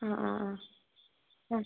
ആ ആ ആ